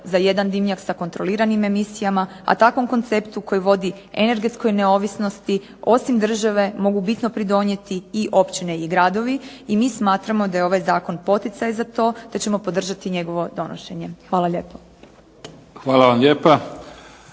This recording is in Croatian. za jedan dimnjak sa kontroliranim emisijama, a takvom konceptu koji vodi energetskoj neovisnosti osim države mogu bitno pridonijeti i općine i gradovi i mi smatramo da je ovaj zakon poticaj na to te ćemo podržati njegovo donošenje. Hvala lijepo. **Mimica,